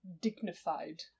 dignified